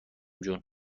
جون